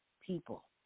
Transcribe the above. people